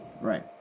Right